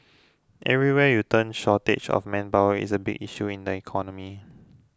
everywhere you turn shortage of manpower is a big issue in the economy